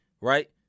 right